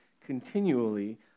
continually